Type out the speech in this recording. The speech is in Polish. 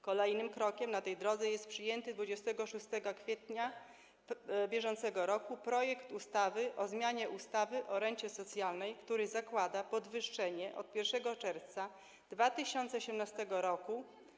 Kolejnym krokiem na tej drodze jest przyjęty 26 kwietnia br. projekt ustawy o zmianie ustawy o rencie socjalnej, który zakłada podwyższenie od 1 czerwca 2018 r.